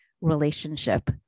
relationship